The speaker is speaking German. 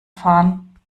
fahren